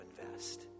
invest